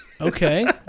Okay